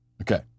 Okay